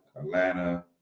Atlanta